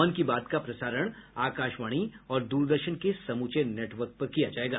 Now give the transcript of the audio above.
मन की बात का प्रसारण आकाशवाणी और दूरदर्शन के समूचे नटवर्क पर किया जायेगा